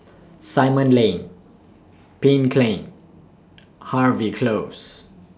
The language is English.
Simon Lane Pink Lane Harvey Close